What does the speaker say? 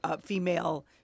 female